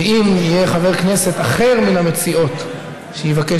ואם יהיה חבר כנסת אחר מן המציעות שיבקש